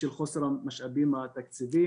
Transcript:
בשל חוסר המשאבים התקציביים.